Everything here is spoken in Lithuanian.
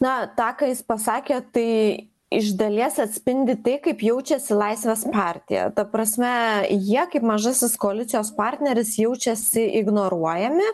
na tą ką jis pasakė tai iš dalies atspindi tai kaip jaučiasi laisvės partija ta prasme jie kaip mažasis koalicijos partneris jaučiasi ignoruojami